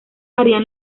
harían